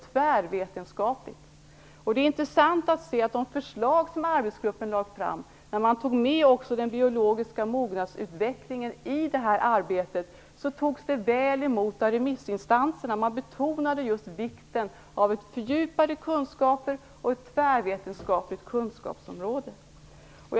Det är intressant att se hur väl de förslag som arbetsgruppen lade fram - man tog med också den biologiska mognadsutvecklingen - togs emot av remissinstanserna. Just vikten av fördjupade kunskaper och ett tvärvetenskapligt kunskapsområde betonades.